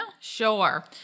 Sure